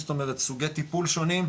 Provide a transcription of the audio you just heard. זאת אומרת סוגי טיפול שונים,